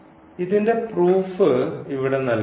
ഇതിൻറെ പ്രൂഫ് ഇവിടെ നൽകുന്നില്ല